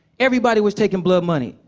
everybody was taking blood money.